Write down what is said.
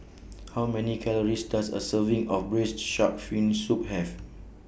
How Many Calories Does A Serving of Braised Shark Fin Soup Have